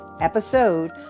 episode